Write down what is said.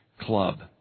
club